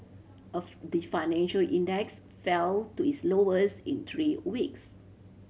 of the financial index fell to its lowest in three weeks